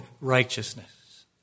righteousness